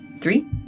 Three